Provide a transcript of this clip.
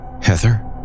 Heather